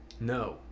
No